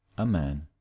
a man.